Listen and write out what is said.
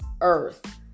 earth